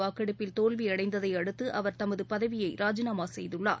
வாக்கெடுப்பில் தோல்வியடைந்ததை அடுத்து அவர் தமது பதவியை ராஜினாமா செய்துள்ளார்